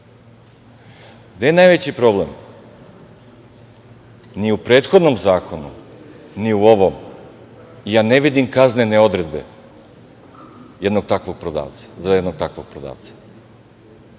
je najveći problem? Ni u prethodnom zakonu, ni u ovom ja ne vidim kaznene odredbe za jednog takvog prodavca.